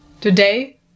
Today